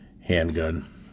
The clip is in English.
handgun